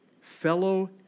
fellow